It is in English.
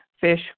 fish